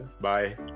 bye